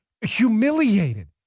humiliated